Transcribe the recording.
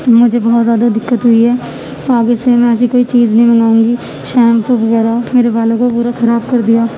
مجھے بہت زیادہ دقت ہوئی ہے آگے سے میں ایسی کوئی چیز نہیں منگاؤں گی شیمپو وغیرہ میرے بالوں کو پورا خراب کر دیا